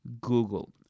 Google